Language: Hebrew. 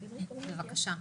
בבקשה.